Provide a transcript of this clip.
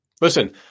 Listen